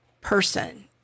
person